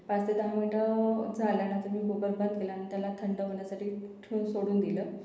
पाच ते दहा मिंट झाल्यानंतर मी कुकर बंद केला आणि त्याला थंड होण्यासाठी ठेऊन सोडून दिलं